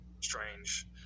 strange